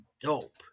dope